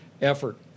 effort